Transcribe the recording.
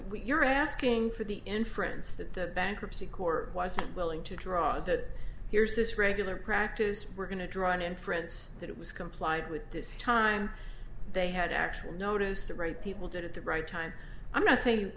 so you're asking for the inference that the bankruptcy court was willing to draw that here's this regular practice we're going to draw an inference that it was complied with this time they had actual notice the right people did it the right time i'm not saying you